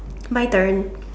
my turn